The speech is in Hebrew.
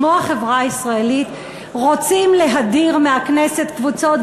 כמו החברה הישראלית רוצים להדיר מהכנסת קבוצות?